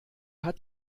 hat